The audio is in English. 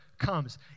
comes